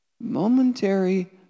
Momentary